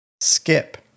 Skip